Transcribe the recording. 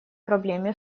проблеме